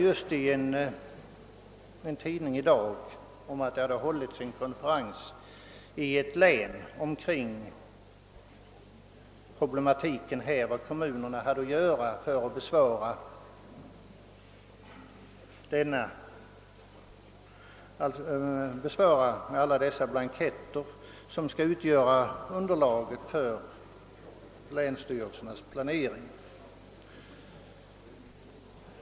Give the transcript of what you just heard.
Jag läste i dag i en tidning att det i ett län hade hållits en konferens angående de problem som uppstår för kommunerna när det gäller att besvara frågorna på alla dessa blanketter som skall utgöra underlaget för länsstyrelsernas planering.